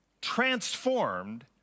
transformed